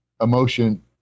emotion